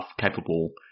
capable